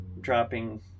dropping